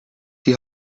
die